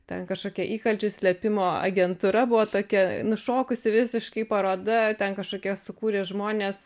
ten kažkokia įkalčių slėpimo agentūra buvo tokia nušokusi visiškai paroda ten kažkokia sukūrė žmonės